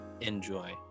enjoy